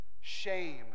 shame